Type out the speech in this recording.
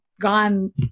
gone